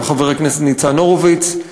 גם חבר הכנסת ניצן הורוביץ,